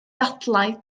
dadlau